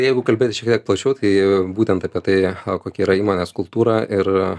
jeigu kalbėti šiek tiek plačiau tai būtent apie tai kokia yra įmonės kultūra ir